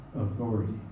authority